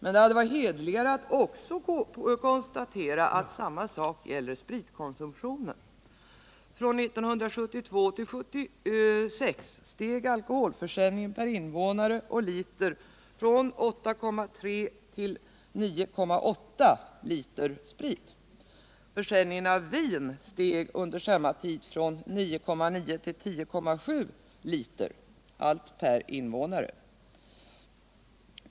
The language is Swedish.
Men det hade varit hederligare att också konstatera att samma sak gäller spritkonsumtionen. Från 1972 till 1976 steg alkoholförsäljningen per invånare från 8,3 till 9,8 liter sprit. Försäljningen av vin steg under samma tid från 9,9 ull 10,7 Iiter, allt per invånare.